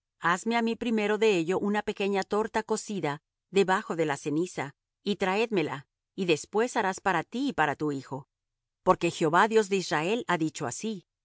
hazme á mí primero de ello una pequeña torta cocida debajo de la ceniza y tráemela y después harás para ti y para tu hijo porque jehová dios de israel ha dicho así